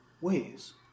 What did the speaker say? ways